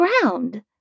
ground